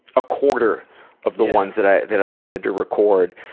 ah quarter of the ones that i that i wanted to record.